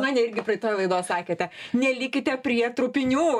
mane irgi praeitoj laidoj sakėte nelikite prie trupinių